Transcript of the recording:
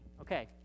Okay